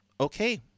okay